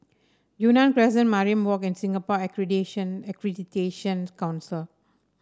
Yunnan Crescent Mariam Walk and Singapore Accreditation Accreditation Council